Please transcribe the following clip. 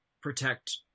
protect